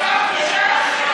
חסר בושה.